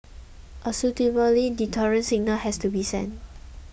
a suitably deterrent signal has to be sent